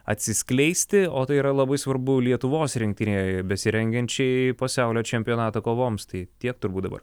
atsiskleisti o tai yra labai svarbu lietuvos rinktinėje besirengiančiai pasaulio čempionato kovoms tai tiek turbūt dabar